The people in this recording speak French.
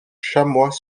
chamois